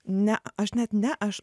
ne aš net ne aš